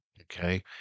Okay